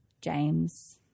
James